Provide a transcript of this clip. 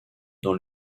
dans